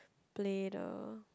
play the